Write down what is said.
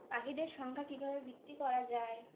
পাখিদের সংখ্যা কীভাবে বৃদ্ধি করা যায়